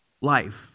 life